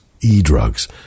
e-drugs